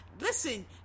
listen